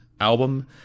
album